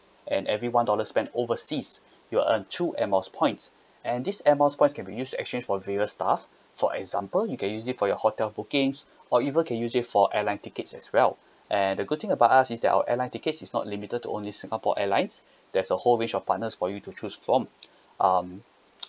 and every one dollar spent overseas you earn two air miles points and this air miles points can be used to exchange for various stuff for example you can use it for your hotel bookings or even can use it for airline tickets as well and the good thing about us is that our airline tickets is not limited only singapore airlines there's a whole range of partners for you to choose from um